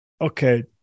Okay